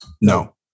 No